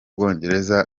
bwongereza